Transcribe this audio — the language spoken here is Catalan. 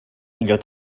millor